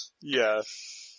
Yes